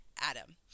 Adam